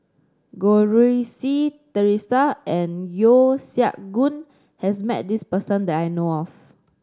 Goh Rui Si Theresa and Yeo Siak Goon has met this person that I know of